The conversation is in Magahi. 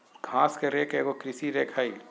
घास के रेक एगो कृषि रेक हइ